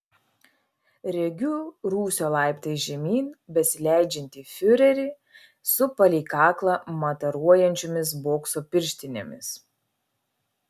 regiu rūsio laiptais žemyn besileidžiantį fiurerį su palei kaklą mataruojančiomis bokso pirštinėmis